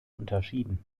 unterschieden